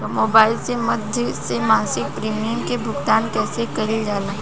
Mobile के माध्यम से मासिक प्रीमियम के भुगतान कैसे कइल जाला?